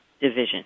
Division